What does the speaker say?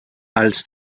als